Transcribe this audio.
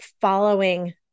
following